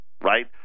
right